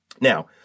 Now